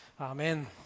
Amen